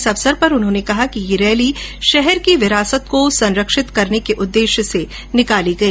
इस अवसर पर उन्होंने कहा कि यह रैली शहर की विरासत को संरक्षित करने के उद्देश्य से निकाली गई